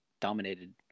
dominated